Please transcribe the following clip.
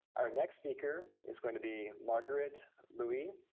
our next speaker is going to be margaret louie,